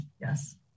Yes